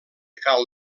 cal